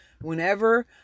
Whenever